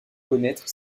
connaître